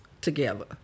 together